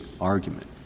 argument